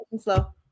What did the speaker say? slow